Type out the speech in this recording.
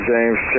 James